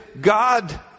God